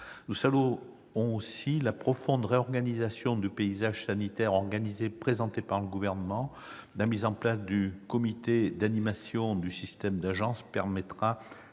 Nous saluons aussi la profonde réorganisation du paysage sanitaire présentée par le Gouvernement. La mise en place du Comité d'animation du système d'agences permettra